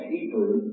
Hebrew